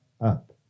up